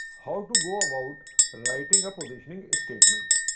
how to go about writing a positioning statement?